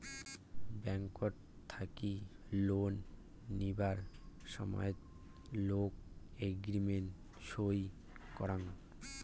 ব্যাংকট থাকি লোন নিবার সময়ত লোক এগ্রিমেন্ট সই করাং